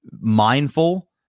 mindful